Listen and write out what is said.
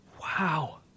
wow